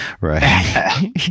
Right